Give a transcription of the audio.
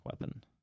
weapon